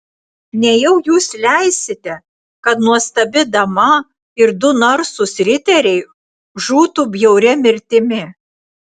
nejau jūs leisite kad nuostabi dama ir du narsūs riteriai žūtų bjauria mirtimi